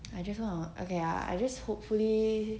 I just wanna okay ah I just hopefully